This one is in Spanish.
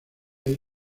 hay